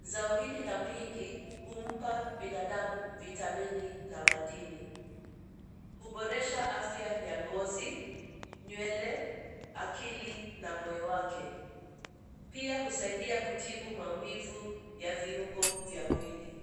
Zao hili la mhindi, humpa binadamu vitamini na madini. Huboresha afya ya ngozi, nywele, akili na moyo wake. Pia husaidia kutibu maumivu ya viungo vya mwili.